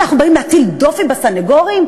אנחנו באים להטיל דופי בסנגורים?